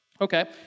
Okay